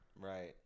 right